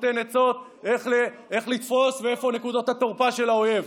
נותן עצות איך לתפוס ואיפה נקודות התורפה של האויב.